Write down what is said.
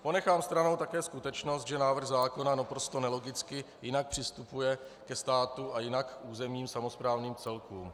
Ponechám stranou také skutečnosti, že návrh zákona naprosto nelogicky jinak přistupuje ke státu a jinak k územním samosprávným celkům.